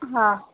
हा